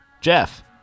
Jeff